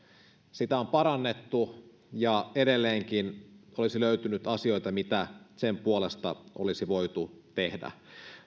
sitä on parannettu ja edelleenkin olisi löytynyt asioita mitä sen puolesta olisi voitu tehdä